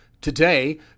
Today